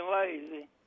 lazy